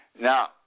Now